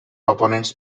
opponents